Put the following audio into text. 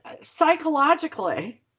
psychologically